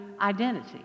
identity